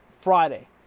Friday